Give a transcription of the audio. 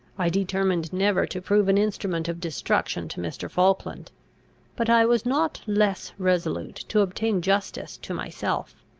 i determined never to prove an instrument of destruction to mr. falkland but i was not less resolute to obtain justice to myself.